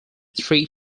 three